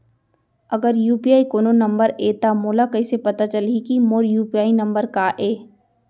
अगर यू.पी.आई कोनो नंबर ये त मोला कइसे पता चलही कि मोर यू.पी.आई नंबर का ये?